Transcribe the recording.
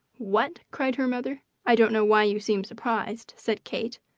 what? cried her mother. i don't know why you seem surprised, said kate.